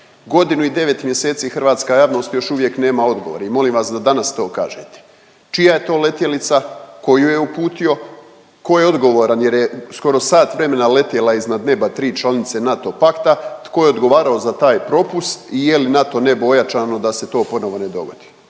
Godinu i devet mjeseci hrvatska javnost još uvijek nema odgovor i molim vas da danas to kažete, čija je to letjelica, ko ju je uputio, ko je odgovoran jer je skoro sat vremena letjela iznad neba tri članice NATO pakta, tko je odgovarao za taj propust i je li NATO nebo ojačano da se to ponovo ne dogodi?